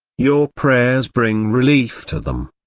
your prayers bring relief to them.